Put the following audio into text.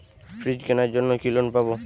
Fridge কেনার জন্য কি লোন পাব?